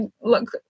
look